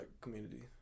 community